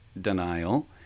denial